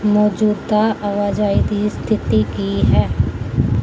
ਮੌਜੂਦਾ ਆਵਾਜਾਈ ਦੀ ਸਥਿਤੀ ਕੀ ਹੈ